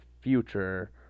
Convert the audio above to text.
future